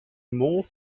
more